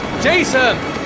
Jason